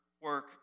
work